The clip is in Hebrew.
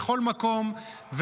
בכל מקום,